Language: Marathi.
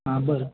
हा बरं